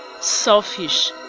selfish